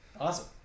Awesome